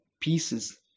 pieces